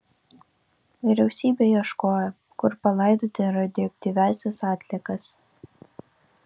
vyriausybė ieškojo kur palaidoti radioaktyviąsias atliekas